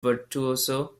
virtuoso